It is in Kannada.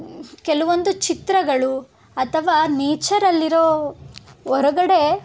ಕೆಲವೊಂದು ಚಿತ್ರಗಳು ಅಥವಾ ನೇಚರಲ್ಲಿರೊ ಹೊರಗಡೆ